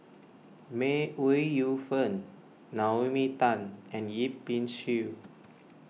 May Ooi Yu Fen Naomi Tan and Yip Pin Xiu